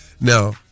Now